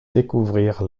découvrir